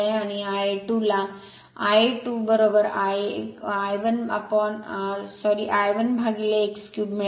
आणि Ia२ ला Ia 2 I 1 upon x cube मिळेल